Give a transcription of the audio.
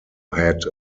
had